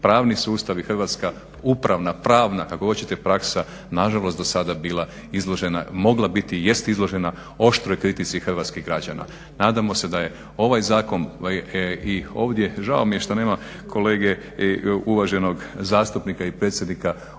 pravni sustav i hrvatska upravna, pravna kako hoćete praksa nažalost dosada bila izložena, mogla biti i jest izložena oštroj kritici hrvatskih građana. Nadamo se da je ovaj zakon i ovdje, žao mi je što nema kolege uvaženog zastupnika i predsjednika Odbora